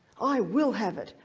i will have it.